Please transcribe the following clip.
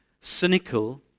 cynical